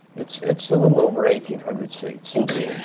it's it's a little over eighteen hundred seats. eighteen